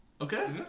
Okay